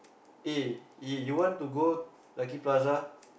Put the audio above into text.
eh eh you want to go Lucky-Plaza